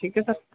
ٹھیک ہے سر